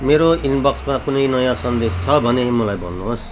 मेरो इनबक्समा कुनै नयाँ सन्देश छ भने मलाई भन्नुहोस्